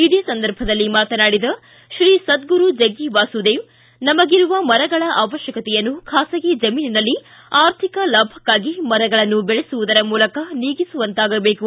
ಇದೇ ಸಂದರ್ಭದಲ್ಲಿ ಮಾತನಾಡಿದ ಶ್ರೀ ಸದ್ಗುರು ಜಗ್ಗಿ ವಾಸುದೇವ ನಮಗಿರುವ ಮರಗಳ ಅವಶ್ಯಕತೆಯನ್ನು ಖಾಸಗಿ ಜಮೀನಿನಲ್ಲಿ ಆರ್ಥಿಕ ಲಾಭಕ್ಕಾಗಿ ಮರಗಳನ್ನು ದೆಳೆಸುವುದರ ಮೂಲಕ ನೀಗಿಸುವಂತಾಗಬೇಕು